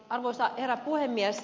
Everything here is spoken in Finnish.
arvoisa herra puhemies